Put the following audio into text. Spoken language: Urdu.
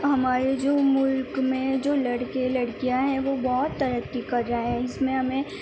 ہمارے جو مُلک میں جو لڑکے لڑکیاں ہیں وہ بہت ترقی کر رہے ہیں اِس میں ہمیں